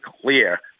clear